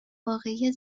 واقعی